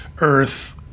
earth